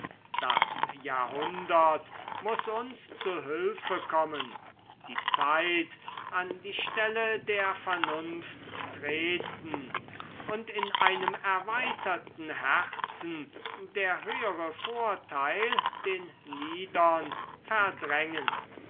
das jahrhundert muß uns zu hülfe kommen die zeit an die stelle der vernunft treten und in einem erweiterten herzen der höhere vorteil den niedern verdrängen